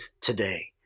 today